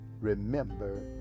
Remember